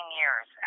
years